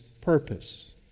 purpose